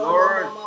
Lord